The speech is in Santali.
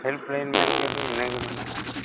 ᱢᱮᱱ ᱠᱟᱛᱮᱫ ᱤᱱᱟᱹ ᱜᱮ ᱢᱮᱱᱟᱜᱼᱟ